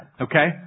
Okay